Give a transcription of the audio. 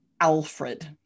Alfred